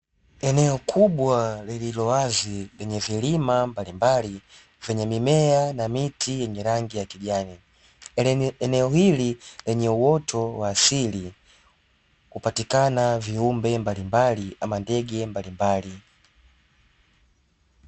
Eneo kubwa lililowazi, lenye vilima mbalimbali vyenye mimea na miti yenye rangi ya kijani. Eneo hili lenye uoto wa asili hupatikana viumbe mbalimbali ama ndege mbalimbali.